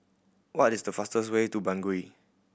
what is the fastest way to Bangui